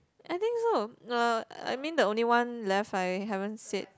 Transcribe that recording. I think so uh I mean the only one left I haven't said